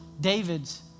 David's